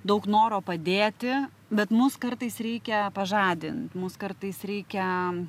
daug noro padėti bet mus kartais reikia pažadint mus kartais reikia